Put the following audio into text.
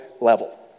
level